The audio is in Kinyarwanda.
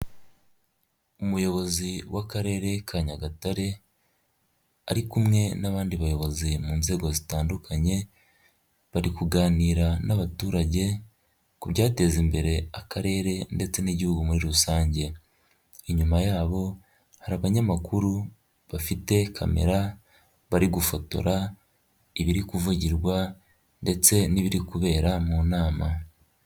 Umuyobozi w'akarere ka Nyagatare ari kumwe n'abandi bayobozi mu nzego zitandukanye bari kuganira n'abaturage ku byateza imbere akarere ndetse n'igihugu muri rusange, inyuma yabo hari abanyamakuru bafite kamera bari gufotora ibiri kuvugirwa ndetse n'ibiri kubera mu nama.